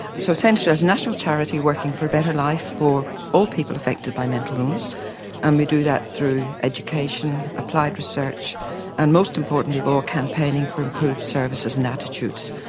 so essentially it's a national charity working for a better life for all people affected by mental illness and we do that through education, applied research and most importantly of all campaigning for improved services and attitudes.